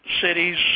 cities